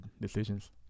decisions